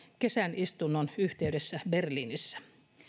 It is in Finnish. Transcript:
kesän istunnon yhteydessä berliinissä